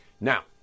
now